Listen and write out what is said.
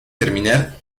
terminar